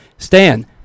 Stan